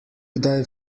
kdaj